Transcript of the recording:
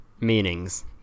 meanings